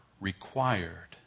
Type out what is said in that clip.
required